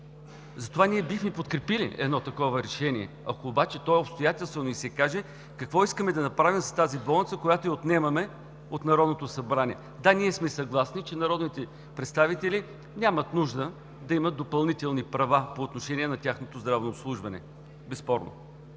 Затова ние бихме подкрепили едно такова решение, ако то е обстоятелствено и се каже какво искаме да направим с тази болница, която отнемаме от Народното събрание. Да, ние сме съгласни, че народните представители нямат нужда да имат допълнителни права по отношение на тяхното здравно обслужване – безспорно,